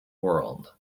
world